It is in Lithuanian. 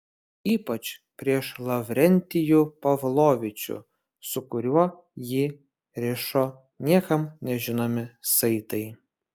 ypač prieš lavrentijų pavlovičių su kuriuo jį rišo niekam nežinomi saitai